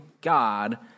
God